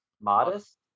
Modest